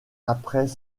après